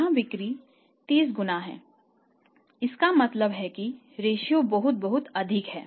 यहां बिक्री 30 गुना है इसका मतलब है कि रेश्यो बहुत बहुत अधिक है